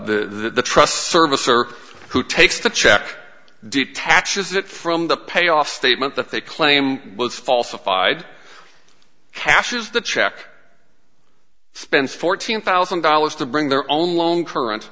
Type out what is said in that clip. the trust service or who takes the check detaches it from the pay off statement that they claim was falsified cashes the check spends fourteen thousand dollars to bring their own loan current